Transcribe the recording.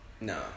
No